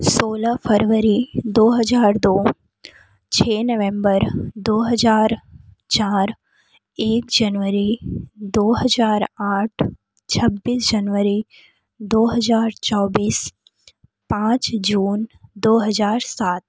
सोलह फरवरी दो हज़ार दो छः नवम्बर दो हज़ार चार एक जनवरी दो हज़ार आठ छब्बीस जनवरी दो हज़ार चौबीस पाँच जून दो हज़ार दो हज़ार सात